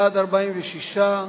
בעד, 46,